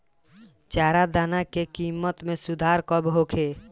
चारा दाना के किमत में सुधार कब होखे?